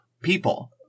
people